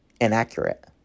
inaccurate